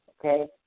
okay